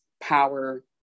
power